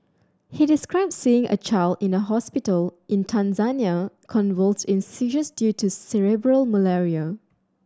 he described seeing a child in a hospital in Tanzania convulsed in seizures due to cerebral malaria